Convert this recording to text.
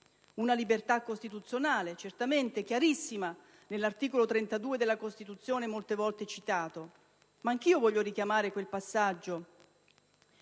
una libertà costituzionale certamente chiarissima nell'articolo 32 della Costituzione, molte volte citato. Anch'io voglio richiamare quel passaggio